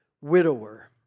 widower